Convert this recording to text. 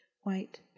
white